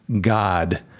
God